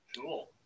cool